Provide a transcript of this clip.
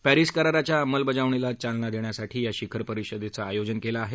Paris करराच्या अंबलबजावणीला चालना देण्यासाठी या शिखर परिषदेचं आयोजन केलं आहे